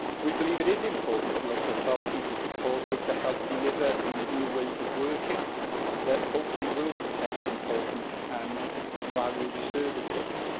we believe it is important that local authorities are supported to help deliver these new ways of working that hopefully will protect important and valued services.